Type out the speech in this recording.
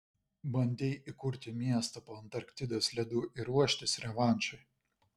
bandei įkurti miestą po antarktidos ledu ir ruoštis revanšui